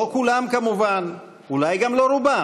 לא כולם, כמובן, אולי גם לא רובם,